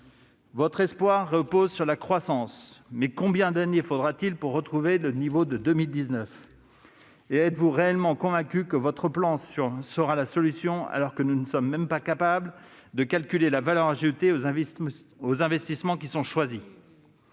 Votre espoir repose sur la croissance, mais combien d'années faudra-t-il pour retrouver le niveau de 2019 ? Et êtes-vous réellement convaincus que votre plan sera la solution, alors que nous ne sommes même pas capables de calculer la valeur ajoutée des investissements qui sont choisis ?